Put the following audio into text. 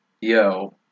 Yo